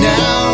Now